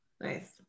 Nice